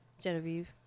Genevieve